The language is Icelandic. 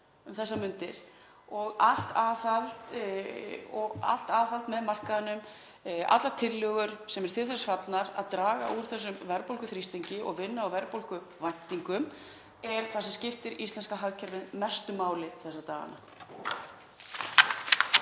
um þessar mundir og allt aðhald með markaðnum, allar tillögur sem eru til þess fallnar að draga úr verðbólguþrýstingi og vinna á verðbólguvæntingum, er það sem skiptir íslenska hagkerfið mestu máli þessa dagana.